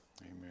amen